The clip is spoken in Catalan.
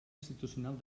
institucional